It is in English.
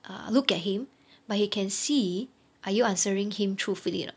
err look at him but he can see are you answering him truthfully or not